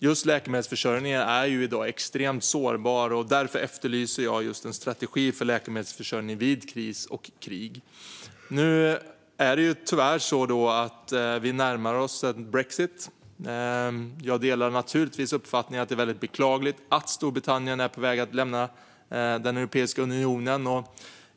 Just läkemedelsförsörjningen är i dag extremt sårbar. Därför efterlyser jag en strategi för läkemedelsförsörjning vid kris och krig. Nu är det tyvärr så att vi närmar oss en brexit. Jag delar naturligtvis uppfattningen att det är väldigt beklagligt att Storbritannien är på väg att lämna Europeiska unionen.